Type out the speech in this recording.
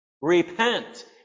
Repent